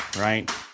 right